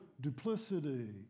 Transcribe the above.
duplicity